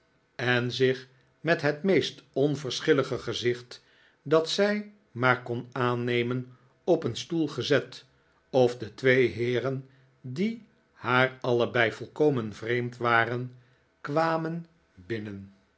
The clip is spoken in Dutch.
en pluck als afgezanten het meest onverschillige gezicht dat zij maar kon aannemen op een stoel gezet of de twee heeren die haar allebei volkomen vreemd waren kwamen binnen